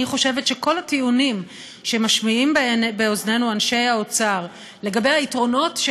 אני חושבת שכל הטיעונים שמשמיעים באוזנינו אנשי האוצר לגבי היתרונות של